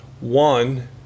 One